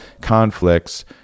conflicts